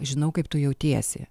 žinau kaip tu jautiesi